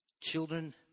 children